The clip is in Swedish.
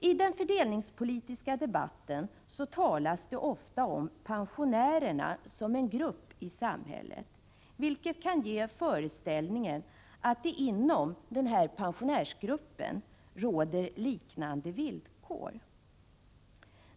I den fördelningspolitiska debatten talas det ofta om pensionärerna som en grupp i samhället, vilket kan ge föreställningen att det inom pensionärsgruppen råder liknande villkor.